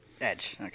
Edge